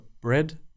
bread